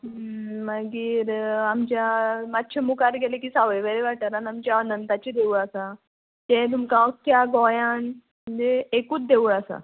मागीर आमच्या मातशें मुखार गेलें की सावय वेरें वाठारान आमच्या अनंताचीं देवळां आसा तें तुमकां अख्या गोंयांत म्हणजे एकूच देवूळ आसा